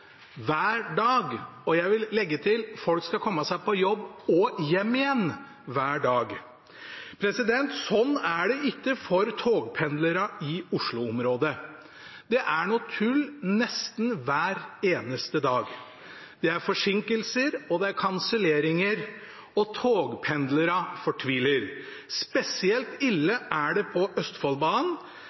hver dag. Og jeg vil legge til: Folk skal komme seg på jobb og hjem igjen hver dag. Sånn er det ikke for togpendlerne i Oslo-området. Det er noe tull nesten hver eneste dag. Det er forsinkelser, det er kanselleringer, og togpendlerne fortviler. Spesielt ille er det på Østfoldbanen,